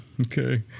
Okay